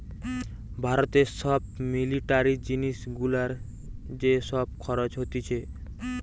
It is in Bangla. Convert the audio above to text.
ভারতে সব মিলিটারি জিনিস গুলার যে সব খরচ হতিছে